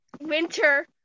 winter